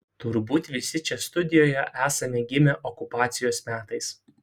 turbūt visi čia studijoje esame gimę okupacijos metais